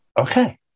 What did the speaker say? Okay